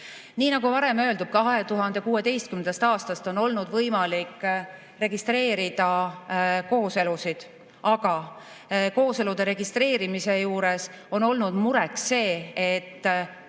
Nii nagu varem öeldud, 2016. aastast on olnud võimalik registreerida kooselusid, aga kooselude registreerimise juures on olnud mureks see, et